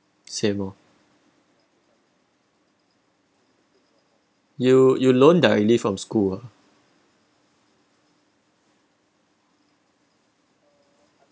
same oh you you loan directly from school ah